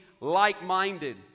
like-minded